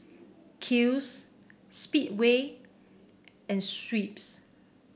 Kiehl's Speedway and Schweppes